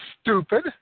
stupid